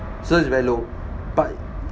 so it's very low but